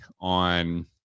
on